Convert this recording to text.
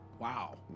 Wow